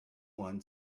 one